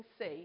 see